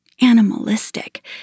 animalistic